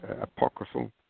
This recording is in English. apocryphal